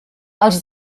els